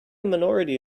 minority